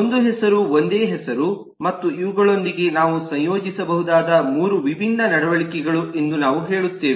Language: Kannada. ಒಂದು ಹೆಸರು ಒಂದೇ ಹೆಸರು ಮತ್ತು ಇವುಗಳೊಂದಿಗೆ ನಾವು ಸಂಯೋಜಿಸಬಹುದಾದ ಮೂರು ವಿಭಿನ್ನ ನಡವಳಿಕೆಗಳು ಎಂದು ನಾವು ಹೇಳುತ್ತೇವೆ